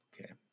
Okay